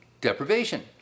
deprivation